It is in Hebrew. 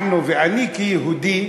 אנחנו הולכים